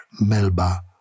Melba